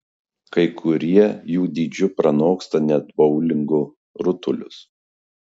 kai kurie jų dydžiu pranoksta net boulingo rutulius